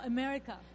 America